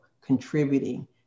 contributing